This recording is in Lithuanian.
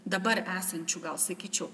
dabar esančių gal sakyčiau